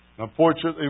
Unfortunately